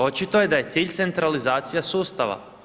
Očito je da je cilj centralizacija sustava.